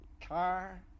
car